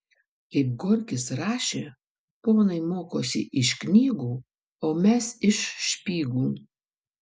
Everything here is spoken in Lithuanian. kaip gorkis rašė ponai mokosi iš knygų o mes iš špygų